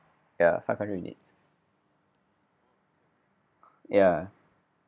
ya five hundred units ya